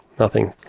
nothing.